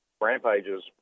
rampages